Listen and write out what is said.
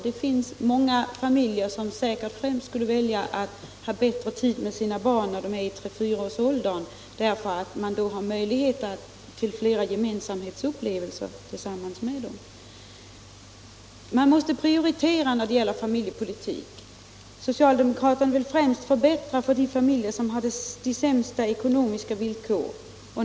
Det finns säkert många föräldrar som främst skulle välja att ha bättre tid med sina barn när de är i tre å fyraårsåldern, eftersom man då har möjlighet till flera gemensamhetsupplevelser tillsammans med dem. Man måste prioritera när det gäller familjepolitik. Socialdemokraterna vill främst förbättra för de familjer som har de sämsta ekonomiska villkoren.